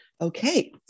Okay